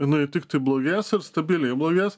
jinai tiktai blogės ir stabiliai blogės